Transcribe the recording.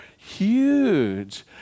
Huge